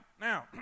Now